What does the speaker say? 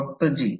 फक्त g